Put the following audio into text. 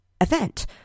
event